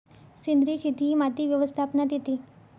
सेंद्रिय शेती ही माती व्यवस्थापनात येते